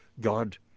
god